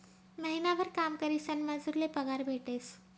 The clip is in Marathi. महिनाभर काम करीसन मजूर ले पगार भेटेस